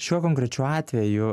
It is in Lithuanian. šiuo konkrečiu atveju